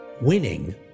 winning